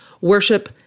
worship